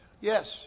yes